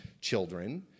children